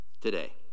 today